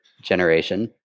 generation